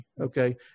Okay